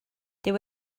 dyw